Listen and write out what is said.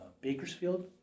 Bakersfield